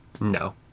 No